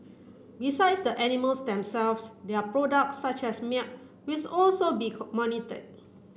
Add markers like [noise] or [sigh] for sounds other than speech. besides the animals themselves their products such as [unintelligible] with also be [unintelligible] monitor